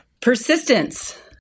Persistence